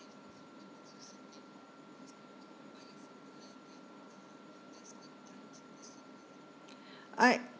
I